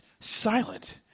silent